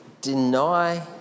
deny